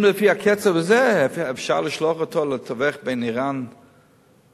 לפי הקצב הזה אפשר לשלוח אותו לתווך בין אירן לארצות-הברית,